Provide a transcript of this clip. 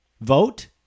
vote